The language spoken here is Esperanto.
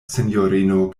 sinjorino